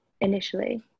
initially